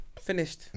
Finished